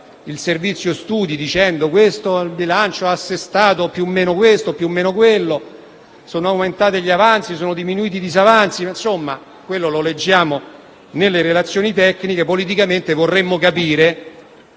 dal Servizio studi, affermando che il bilancio ha assestato più o meno questo e più o meno quello; sono aumentati gli avanzi e sono diminuiti i disavanzi. Insomma, questo leggiamo nelle relazioni tecniche. Politicamente, invece, vorremmo capire